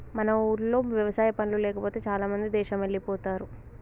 మన ఊర్లో వ్యవసాయ పనులు లేకపోతే చాలామంది దేశమెల్లిపోతారు